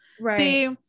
right